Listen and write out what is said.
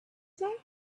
say